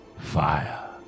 fire